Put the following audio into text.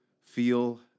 feel